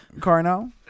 Carnal